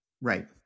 Right